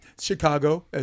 Chicago